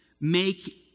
Make